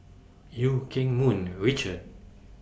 EU Keng Mun Richard